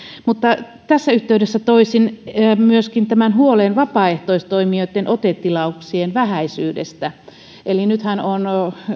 mutta tässä yhteydessä toisin myöskin tämän huolen vapaaehtoistoimijoitten otetilauksien vähäisyydestä eli nythän on